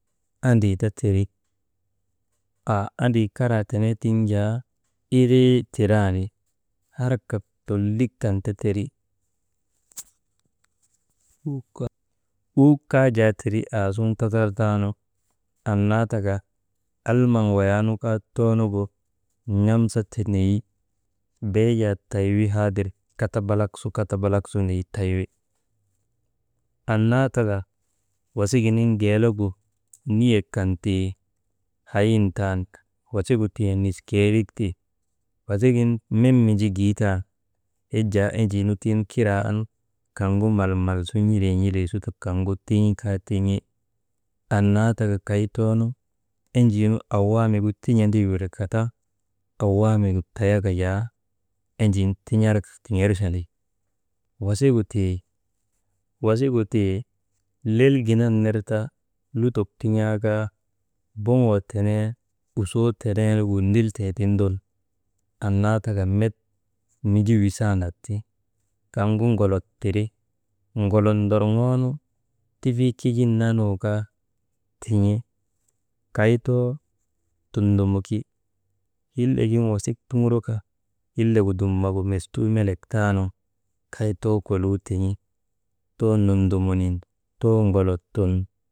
Andrii ta teri. Haa andri karaa tenee tiŋ jaa, ilii terandi, harkak lollik kan ta teri, uuk kaa jaa tiri aasuŋun tatarnu, annaa taka almaŋ wayaanu kaa toonuŋu n̰amsa teyi beejaa taywi haadir kabalak su kabalak su neyi taywi. Annaa tika wisiginiŋ geelegu niyek kan ti hayin taan, wasigu tii niskeerik ti, wasigin met miji giitan yak jaa enjii nu tiŋ kiraa an kaŋgu malmal su n̰ilii n̰ilii su ti kaŋgu tin̰kaa tin̰i, annaa tika kay too enjii nu awaamigu tin̰andi wirka ta awaamigu tayaka jaa enjiinu tin̰arka tiŋerchandi. « hesitation» wasigu tii lel gindan ner ta lutok tin̰aa kaa boŋoo tenee, usoo tenee winnilteetindol, annaa tika met minji wisaandak ti, kaŋgu ŋolot tiri ŋolot ndorŋoonu tifii kijii nun naa nukaa tin̰I kay too tundumuki, hillegin wasik tuŋuruka, hillegu dumnaagu mestuu melek taanu kay too kolii tin̰i, too nundumunin, too ŋolot tun.